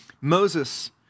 Moses